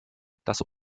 das